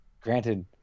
granted